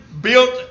built